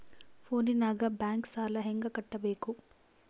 ಫೋನಿನಾಗ ಬ್ಯಾಂಕ್ ಸಾಲ ಹೆಂಗ ಕಟ್ಟಬೇಕು?